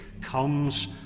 comes